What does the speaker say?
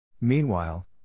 Meanwhile